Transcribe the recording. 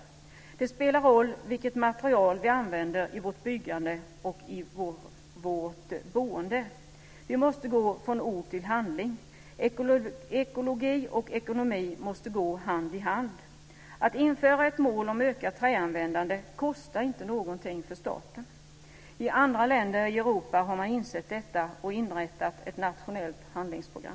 Det spelar roll vilket material vi använder i vårt byggande och i vårt boende. Vi måste gå från ord till handling. Ekologi och ekonomi måste gå hand i hand. Att införa ett mål om ökat träanvändande kostar inte någonting för staten. I andra länder i Europa har man insett detta och inrättat ett nationellt handlingsprogram.